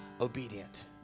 obedient